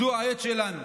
זו העת שלנו.